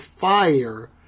fire